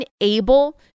unable